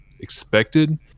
expected